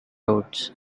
roads